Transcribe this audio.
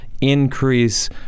increase